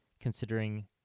considering